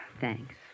Thanks